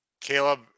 Caleb